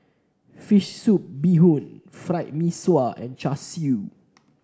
Fish Soup Bee Hoon Fried Mee Sua and Char Siu